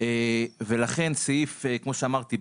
ולכן כמו שאמרתי,